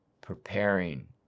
preparing